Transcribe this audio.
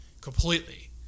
completely